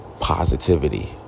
positivity